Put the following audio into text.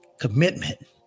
Commitment